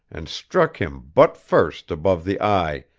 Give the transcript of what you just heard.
and struck him butt first above the eye,